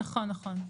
נכון.